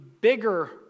bigger